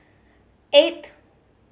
eight